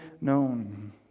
known